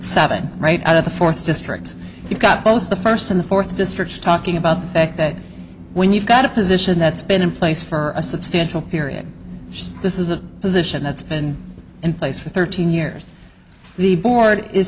seven right out of the fourth district you've got both the first in the fourth district talking about the fact that when you've got a position that's been in place for a substantial period this is a position that's been in place for thirteen years the board is